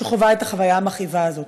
שחווה את החוויה המכאיבה הזאת,